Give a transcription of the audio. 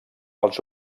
els